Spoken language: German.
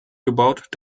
gebaut